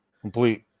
Complete